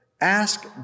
ask